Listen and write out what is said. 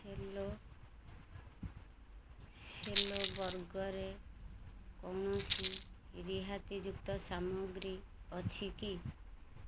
Cello ସେଲୋ ବର୍ଗରେ କୌଣସି ରିହାତିଯୁକ୍ତ ସାମଗ୍ରୀ ଅଛି କି